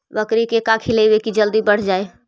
बकरी के का खिलैबै कि जल्दी बढ़ जाए?